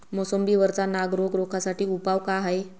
मोसंबी वरचा नाग रोग रोखा साठी उपाव का हाये?